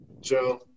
Joe